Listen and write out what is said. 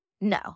no